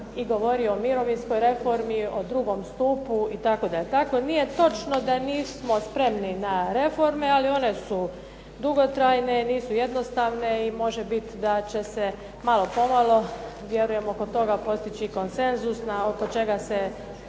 i govorio i o mirovinskoj reformi, o drugom stupu itd. Nije točno da nismo spremni na reforme, ali one su dugotrajne, nisu jednostavne i može biti da će se malo po malo vjerujem oko toga postići konsenzus oko čega se